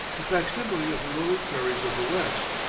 a facsimile of the rolling prairies of the west.